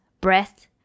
breath